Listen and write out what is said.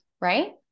right